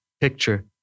picture